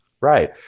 Right